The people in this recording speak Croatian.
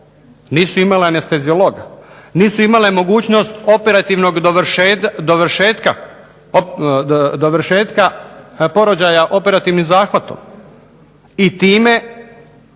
nisu imala anesteziologa, nisu imala mogućnost operativnog dovršetka porođaja operativnim zahvatom i time